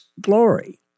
glory